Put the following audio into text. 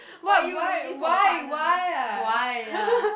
why are you looking for a partner why ya